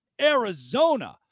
Arizona